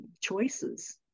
choices